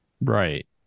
Right